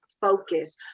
focus